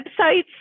websites